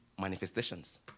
manifestations